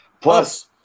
plus